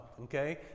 okay